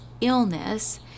illness